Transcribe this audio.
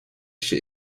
she